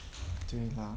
对 lah